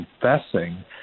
confessing